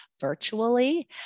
virtually